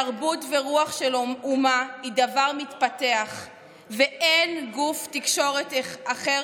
תרבות ורוח של אומה הן דבר מתפתח ואין גוף תקשורת אחר